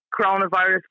coronavirus